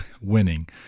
winning